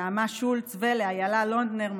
לנעמה שולץ ולאיילה לונדנר,